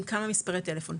עם כמה מספרי טלפון,